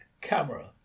camera